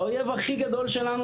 האויב הכי גדול שלנו,